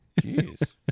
Jeez